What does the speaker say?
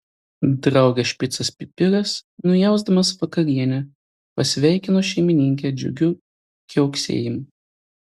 draugės špicas pipiras nujausdamas vakarienę pasveikino šeimininkę džiugiu kiauksėjimu